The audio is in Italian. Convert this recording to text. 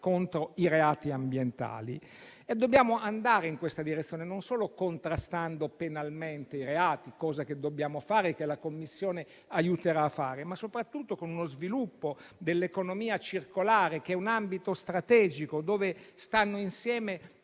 contro i reati ambientali. Noi dobbiamo andare in questa direzione non solo contrastando penalmente i reati - cosa che dobbiamo fare e che la Commissione aiuterà a fare - ma anche e soprattutto con uno sviluppo dell'economia circolare, che è un ambito strategico, dove stanno insieme